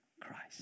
Christ